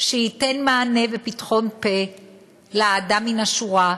שייתן מענה ופתחון פה לאדם מן השורה,